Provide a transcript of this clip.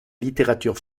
littérature